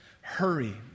hurry